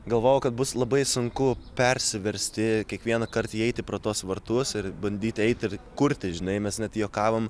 galvojau kad bus labai sunku persiversti kiekvienąkart įeiti pro tuos vartus ir bandyti eiti ir kurti žinai mes net juokavom